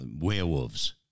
werewolves